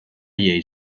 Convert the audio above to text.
llei